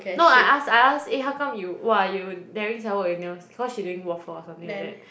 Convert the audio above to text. no I ask I ask eh how come you !wah! you daring sia work with nails cause she doing waffles or something like that